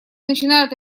начинают